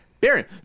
baron